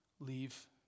leave